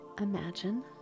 imagine